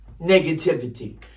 negativity